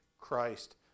Christ